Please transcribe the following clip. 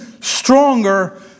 stronger